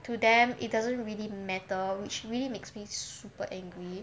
to them it doesn't really matter which really makes me super angry